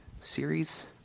series